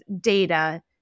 data